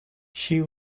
she